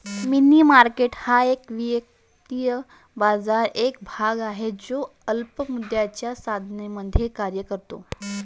मनी market हा वित्तीय बाजाराचा एक भाग आहे जो अल्प मुदतीच्या साधनांमध्ये कार्य करतो